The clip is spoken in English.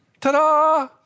ta-da